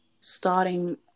starting